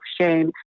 shame